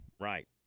Right